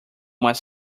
was